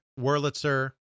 Wurlitzer